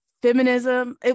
feminism